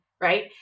right